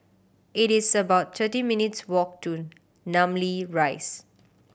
it is about thirty minutes' walk to Namly Rise